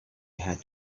had